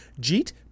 Jeet